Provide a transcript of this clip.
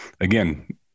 again